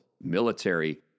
military